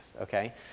Okay